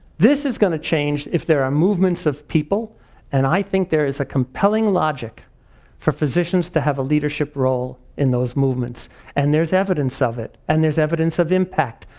this is gonna change if there are movements of people and i think there is a compelling logic for physicians to have a leadership role in those movements and there's evidence of it. and there's evidence of impact,